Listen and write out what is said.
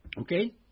Okay